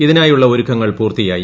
ഇതിനായുള്ള ഒരുക്കങ്ങൾ പൂർത്തിയായി